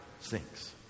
sinks